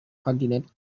continent